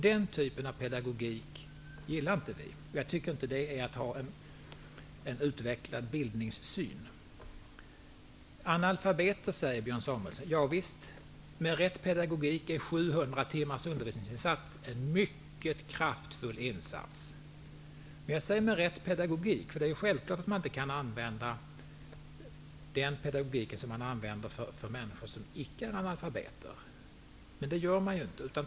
Den typen av pedagogik gillar inte vi. Jag anser inte att det innebär att man har en utvecklad bildningssyn. Björn Samuelson talar om analfabeter. Med rätt pedagogik är 700 timmars undervisningsinsats en mycket kraftfull insats. Jag säger med rätt pedagogik, därför att det är självklart att man inte kan använda den pedagogik som man använder för människor som icke är analfabeter. Men det gör man inte.